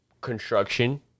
construction